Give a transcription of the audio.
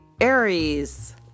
Aries